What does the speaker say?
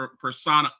persona